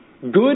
Good